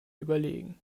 überlegen